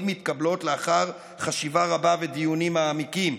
מתקבלות לאחר חשיבה רבה ודיונים מעמיקים,